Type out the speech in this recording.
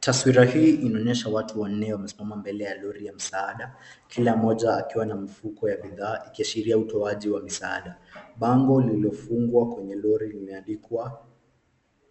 Taswira hii inaonyesha watu wanne wamesimama mbele ya lori ya msaada. Kila mmoja akiwa na mfuko ya bidhaa, ikiashiria utoaji wa misaada. Bango lililofungwa kwenye lori limeandikwa